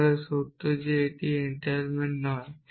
তাহলে সত্য যে এটি এনটেইলমেন্ট নয়